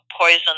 poison